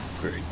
Great